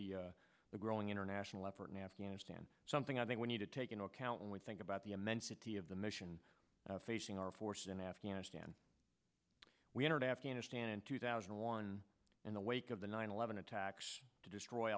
with the growing international effort in afghanistan something i think we need to take into account when we think about the immensity of the mission facing our forces in afghanistan we entered afghanistan in two thousand and one in the wake of the nine eleven attacks to destroy